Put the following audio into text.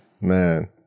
Man